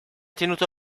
tenuto